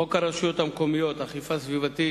חוק הרשויות המקומיות (אכיפה סביבתית,